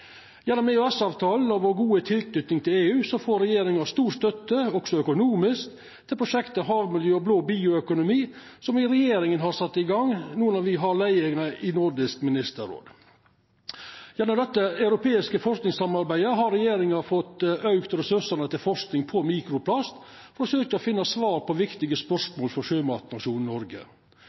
Gjennom EØS-avtalen og vår gode tilknyting til EU får regjeringa stor støtte, også økonomisk, til prosjektet Havmiljø og blå bioøkonomi, som regjeringa har sett i gang no når me har leiinga i Nordisk ministerråd. Gjennom dette europeiske forskingssamarbeidet har regjeringa fått auka ressursane til forsking på mikroplast for å søkja å finna svar på viktige spørsmål for sjømatnasjonen Noreg.